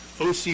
OC